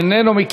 איננו.